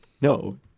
No